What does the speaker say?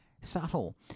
Subtle